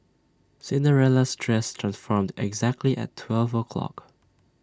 Cinderella's dress transformed exactly at twelve o'clock